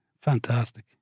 Fantastic